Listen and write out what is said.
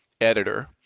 editor